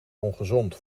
ongezond